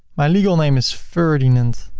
my legal name is ferdinand